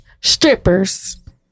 Strippers